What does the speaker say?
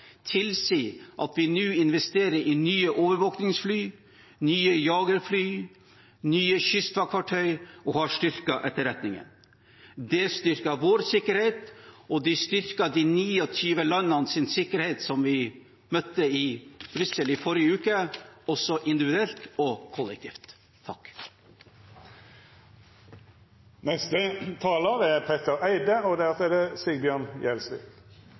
tilsier at vi nå investerer i nye overvåkningsfly, nye jagerfly, nye kystvaktfartøyer og har styrket etterretningen. Det styrker vår sikkerhet, og det styrker sikkerheten til de 29 landene som møttes i Brussel i forrige uke, også individuelt og kollektivt.